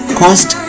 cost